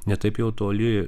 ne taip jau toli